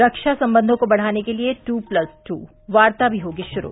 रक्षा संबंघों को बढ़ाने के लिए टू प्लस टू बार्ता भी होगी शुरू